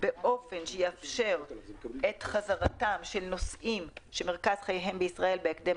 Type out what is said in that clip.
באופן שיאפשר חזרתם של נוסעים שמרכז חייהם בישראל בהקדם